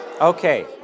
Okay